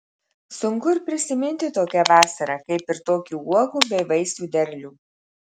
sunku ir prisiminti tokią vasarą kaip ir tokį uogų bei vaisių derlių